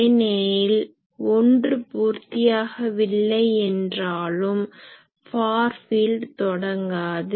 ஏனெனில் ஒன்று பூர்த்தியாகவில்லை என்றாலும் ஃபார் ஃபீல்ட் தொடங்காது